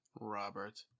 Robert